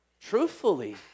truthfully